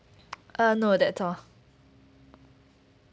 uh no that's all